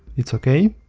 it's ok.